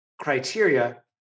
criteria